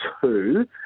two